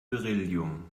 beryllium